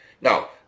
now